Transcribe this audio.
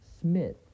smith